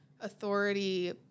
authority